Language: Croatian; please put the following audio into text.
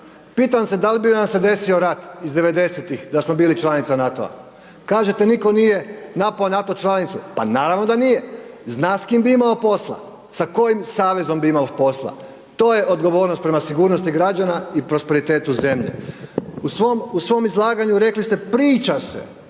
Pitam se da li bi nam se desio rat iz 90-ih da smo bili članica NATO-a. Kažete nitko nije napao NATO članicu, pa naravno da nije, zna s kim bi imao posla. Sa kojim savezom bi imao posla. To je odgovornost prema sigurnosti građana i prosperitetu zemlje. U svom izlaganju rekli ste, priča se,